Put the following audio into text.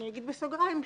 אגיד בסוגריים,